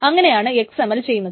അങ്ങനെയാണ് XML ചെയ്യുന്നത്